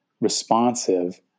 responsive